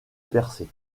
percés